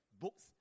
books